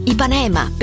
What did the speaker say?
Ipanema